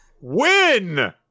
Win